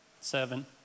seven